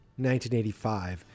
1985